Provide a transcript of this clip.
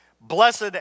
blessed